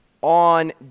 on